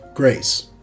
Grace